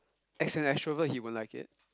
as an extrovert he won't like it